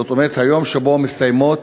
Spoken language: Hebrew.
זאת אומרת היום שבו מסתיימות